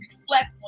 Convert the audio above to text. reflect